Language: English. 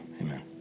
amen